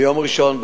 ביום ראשון,